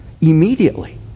immediately